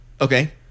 Okay